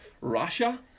Russia